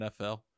NFL